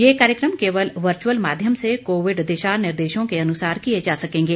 ये कार्यक्रम केवल वर्च्अल माध्यम से कोविड दिशा निर्देशों के अनुसार किए जा सकेंगे